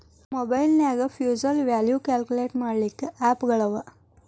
ಮಒಬೈಲ್ನ್ಯಾಗ್ future value calculate ಮಾಡ್ಲಿಕ್ಕೆ app ಗಳವ